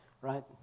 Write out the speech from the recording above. right